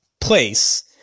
place